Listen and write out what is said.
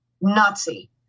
Nazi